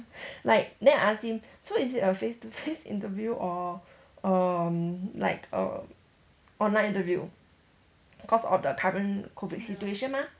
like then I asked him so is it a face to face interview or um like a online interview cause of the current COVID situation mah